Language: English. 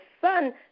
Son